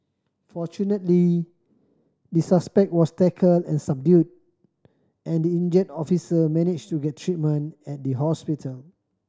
fortunately the suspect was tackled and subdued and the injured officer managed to get treatment at the hospital